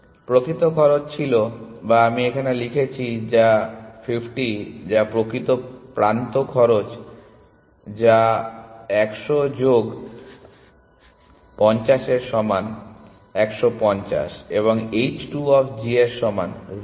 প্রকৃত খরচ ছিল বা আমি এখানে লিখেছি যা 50 যা প্রকৃত প্রান্ত খরচ যা 100 যোগ 50 এর সমান 150 এবং h 2 অফ g এর সমান 0